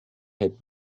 had